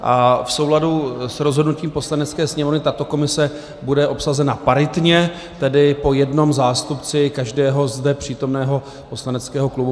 V souladu s rozhodnutím Poslanecké sněmovny tato komise bude obsazena paritně, tedy po jednom zástupci každého zde přítomného poslaneckého klubu.